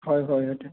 হয় হয়